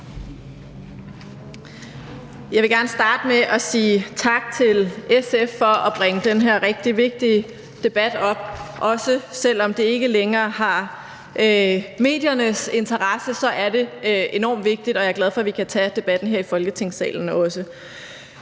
Jeg vil gerne starte med at sige tak til SF for at bringe den her rigtig vigtige debat op. Også selv om det ikke længere har mediernes interesse, er det enormt vigtigt, og jeg er også glad for, at vi kan tage debatten her i Folketingssalen.